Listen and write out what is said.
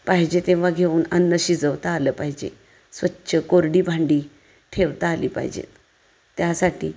पाहिजे तेव्हा घेऊन अन्न शिजवता आलं पाहिजे स्वच्छ कोरडी भांडी ठेवता आली पाहिजेत त्यासाठी